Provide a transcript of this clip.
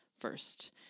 first